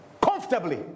comfortably